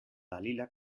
dalila